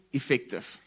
effective